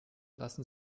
lassen